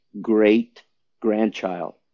great-grandchild